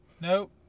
Nope